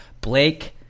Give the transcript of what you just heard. Blake